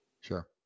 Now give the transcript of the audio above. Sure